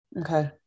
Okay